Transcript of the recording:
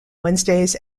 wednesdays